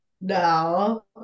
No